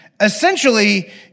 Essentially